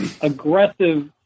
aggressive